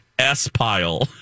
S-Pile